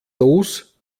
los